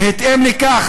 ופה אני מגיע